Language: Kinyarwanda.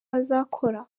azakora